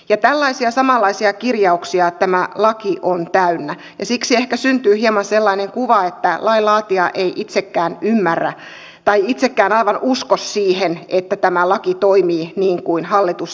tällaisia samanlaisia kirjauksia tämä laki on täynnä ja siksi ehkä syntyy hieman sellainen kuva että lain laatija ei itsekään ymmärrä tai itsekään aivan usko siihen että tämä laki toimii niin kuin hallitus tavoittelee